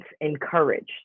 encouraged